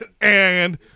And-